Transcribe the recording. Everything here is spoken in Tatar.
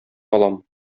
алам